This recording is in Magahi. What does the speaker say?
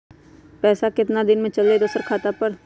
पैसा कितना दिन में चल जाई दुसर खाता पर?